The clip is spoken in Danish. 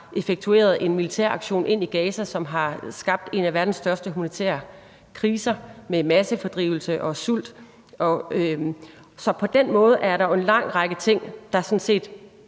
effektueret en militæraktion ind i Gaza, som har skabt en af verdens største humanitære kriser med massefordrivelse og sult. Så på den måde er der jo en lang række ting, der sådan set